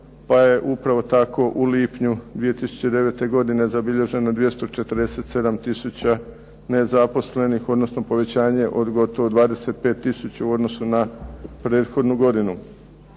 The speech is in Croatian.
pa je upravo tako u lipnju 2009. godine zabilježeno 247 tisuća nezaposlenih odnosno povećanje od gotovo 25 tisuća u odnosu na prethodnu godinu.